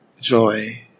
joy